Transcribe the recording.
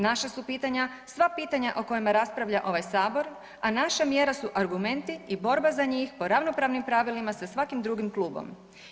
Naša su pitanja sva pitanja o kojima raspravlja ovaj Sabor, a naša mjera su argumenti i borba za njih po ravnopravnim pravilima sa svakim drugim klubom.